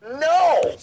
no